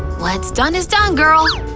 what's done is done, girl.